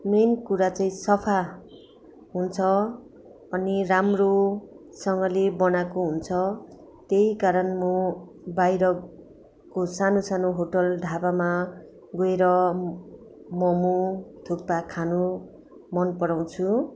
main कुरा चाहिँ सफा हुन्छ अनि राम्रोसँगले बनाएको हुन्छ त्यही कारण म बाहिरको सानो सानो होटेल ढाबामा गएर मोमो थुक्पा खानु मन पराउँछु